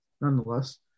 nonetheless